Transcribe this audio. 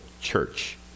church